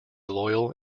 loyal